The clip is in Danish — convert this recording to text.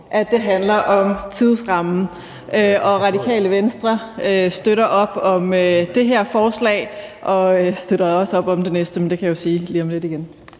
at det handler om tidsrammen. Radikale Venstre støtter op om det her forslag og støtter også op om det næste, men det kan jeg jo sige lige om lidt igen.